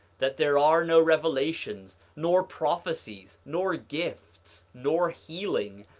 that there are no revelations, nor prophecies, nor gifts, nor healing,